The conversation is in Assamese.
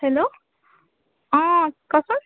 হেল্ল' অঁ ক'চোন